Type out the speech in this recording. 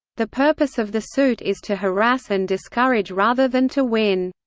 the purpose of the suit is to harass and discourage rather than to win.